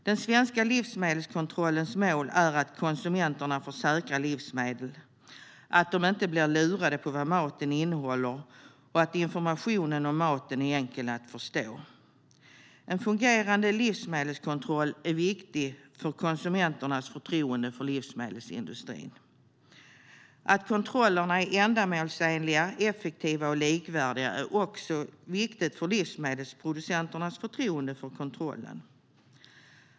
Den svenska livsmedelskontrollens mål är att konsumenterna får säkra livsmedel, att de inte blir lurade på vad maten innehåller och att informationen om maten är enkel att förstå. En fungerande livsmedelskontroll är viktig för konsumenternas förtroende för livsmedelsindustrin. Att kontrollerna är ändamålsenliga, effektiva och likvärdiga är också viktigt för livsmedelsproducenternas förtroende för kontrollen.